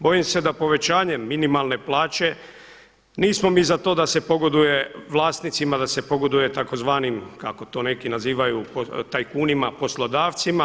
Bojim se da povećanjem minimalne plaće nismo mi za to da se pogoduje vlasnicima, da se pogoduje tzv. kako to neki nazivaju tajkunima poslodavcima.